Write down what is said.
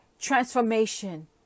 transformation